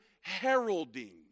heralding